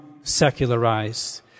secularized